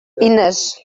ines